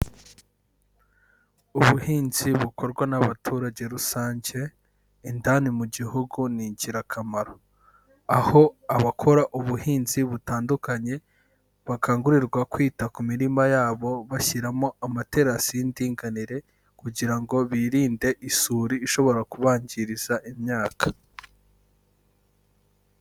Ubuhinzi bukorwa n'abaturage rusange indani mu gihugu ni ingirakamaro, aho abakora ubuhinzi butandukanye bakangurirwa kwita ku mirima yabo bashyiramo amaterasi y'indinganire kugira ngo birinde isuri ishobora kubangiriza imyaka.